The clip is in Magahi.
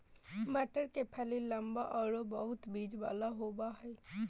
मटर के फली लम्बा आरो बहुत बिज वाला होबा हइ